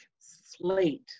slate